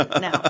no